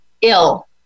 ill